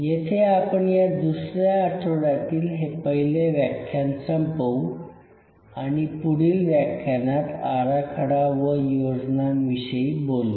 येथे आपण या दुसऱ्या आठवड्यातील हे पहिले व्याख्यान संपवू आणि पुढील व्याख्यानात आराखडा व योजनांविषयी बोलू